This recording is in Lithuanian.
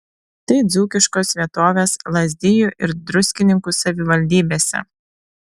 tai dzūkiškos vietovės lazdijų ir druskininkų savivaldybėse